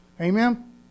Amen